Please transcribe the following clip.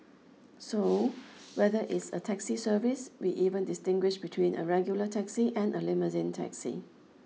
so whether it's a taxi service we even distinguish between a regular taxi and a limousine taxi